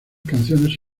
canciones